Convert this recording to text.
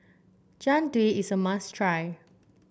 Jian Dui is a must try